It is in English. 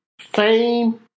fame